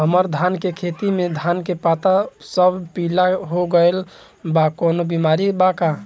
हमर धान के खेती में धान के पता सब पीला हो गेल बा कवनों बिमारी बा का?